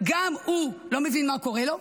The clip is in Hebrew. גם הוא לא מבין מה קורה לו,